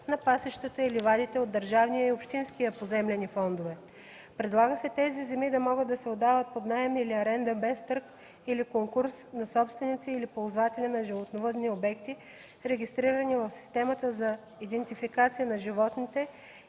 на пасищата и ливадите от държавния и от общинския поземлени фондове. Предлага се тези земи да могат да се отдават под наем или аренда без търг или конкурс на собственици или ползватели на животновъдни обекти, регистрирани в Системата за идентификация на животните